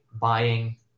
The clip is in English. buying